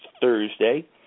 thursday